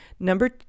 Number